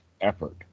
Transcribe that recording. effort